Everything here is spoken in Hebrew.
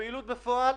הפעילות בפועל,